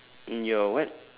in your what